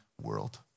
world